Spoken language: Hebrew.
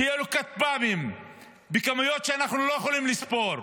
שיהיו לו כטב"מים בכמויות שאנחנו לא יכולים לספור.